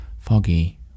Foggy